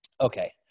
Okay